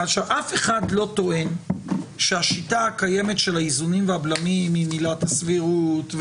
אף אחד לא טוען שהשיטה הקיימת של האיזונים והבלמים עם עילת הסבירות,